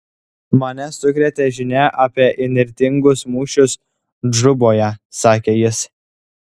mane sukrėtė žinia apie įnirtingus mūšius džuboje sakė jis